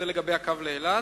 זה בנושא הקו לאילת.